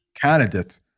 candidate